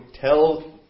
tell